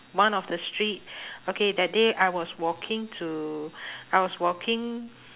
one of the street okay that day I was walking to I was walking